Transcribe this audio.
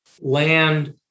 land